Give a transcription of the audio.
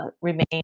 remain